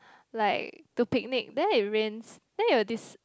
like to picnic then it rains then it will dis~